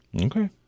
Okay